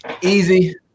easy